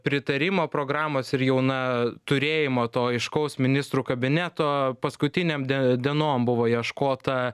pritarimo programos ir jau na turėjimo to aiškaus ministrų kabineto paskutinėm de dienom buvo ieškota